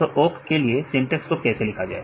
तो ओक के लिए सिंटेक्स को कैसे लिखा जाए